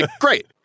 great